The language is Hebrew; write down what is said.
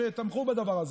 שתמכו בדבר הזה.